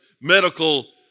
medical